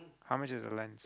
how much is your lens